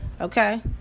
okay